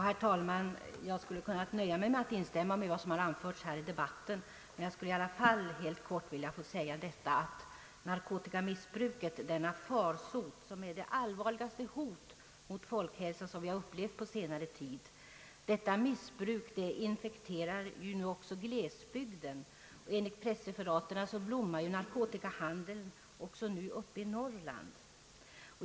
Herr talman! Jag hade kunnat nöja mig med att instämma i vad som tidiga re anförts i debatten, men jag vill i alla fall helt kort tillfoga att narkotikamissbruket, denna farsot som är det allvarligaste hot mot folkhälsan som vi har upplevt på senare tid, nu infekterar också glesbygden. Enligt pressreferat blommar narkotikahandeln också i Norrland.